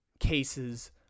Cases